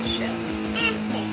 Show